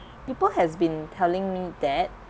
people has been telling me that